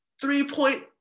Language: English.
three-point